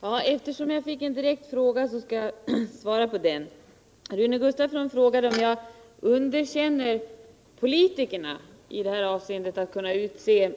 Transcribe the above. Herr talman! Eftersom jag fick en direkt fråga skall jag svara på den. Rune Gustavsson frågade om jag underkänner politikernas omdöme när det gäller att utse